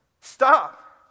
Stop